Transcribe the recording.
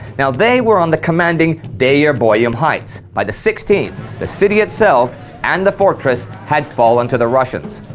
and they were on the commanding deyer boyum heights. by the sixteenth, the city itself and the fortress had fallen to the russians.